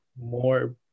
more